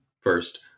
first